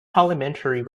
parliamentary